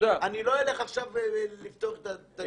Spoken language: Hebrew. אני לא אלך עכשיו לפתוח את הדיון הזה.